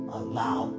allow